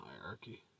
hierarchy